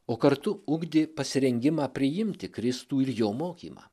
o kartu ugdė pasirengimą priimti kristų ir jo mokymą